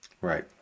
right